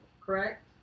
correct